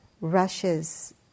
rushes